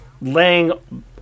laying